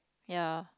ya